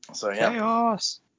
Chaos